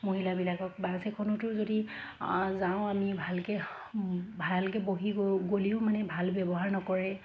মহিলাবিলাকক বাছ এখনতো যদি যাওঁ আমি ভালকৈ ভালকৈ বহি গ'লেও মানে ভাল ব্যৱহাৰ নকৰে